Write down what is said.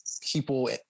people